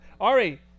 Ari